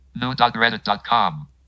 New.reddit.com